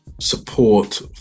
support